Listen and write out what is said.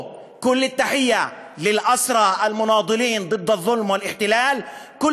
(אומר דברים בשפה הערבית: כל הכבוד לאסירים הנלחמים בעושק ובכיבוש.